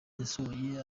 yasohoye